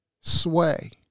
sway